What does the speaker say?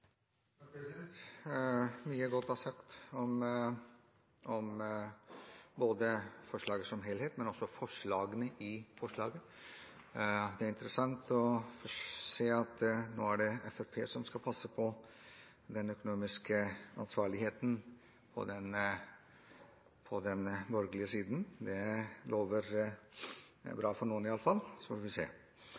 forslaget. Det er interessant å se at nå er det Fremskrittspartiet som skal passe på den økonomiske ansvarligheten på den borgerlige siden. Det lover bra for noen iallfall – så får vi se.